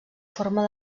forma